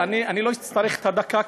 אני לא אצטרך את הדקה,